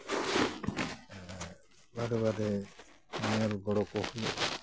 ᱡᱮ ᱵᱟᱨᱮ ᱵᱟᱨᱮ ᱧᱮᱞ ᱜᱚᱲᱚ ᱠᱚ ᱦᱩᱭᱩᱜᱼᱟ